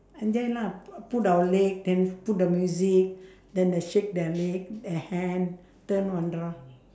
and there lah put our leg then put the music then they shake their leg their hand turn one round